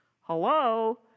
Hello